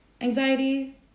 anxiety